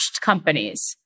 companies